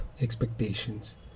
expectations